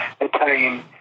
Italian